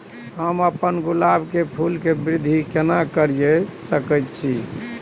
हम अपन गुलाब के फूल के वृद्धि केना करिये सकेत छी?